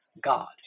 God